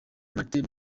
martin